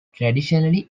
traditionally